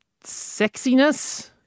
sexiness